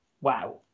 wow